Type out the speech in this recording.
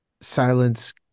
silence